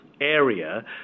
area